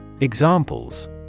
Examples